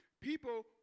people